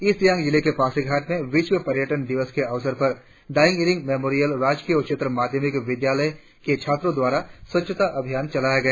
east Siang जिले के पासीघाट में विश्व पर्यटन दिवस के अवसर पर दायिंग इरिंग मेमोरियल राजकीय उच्चतर माध्यमिक विद्यालय के छात्रों द्वारा स्वच्छता अभियान चलाया गया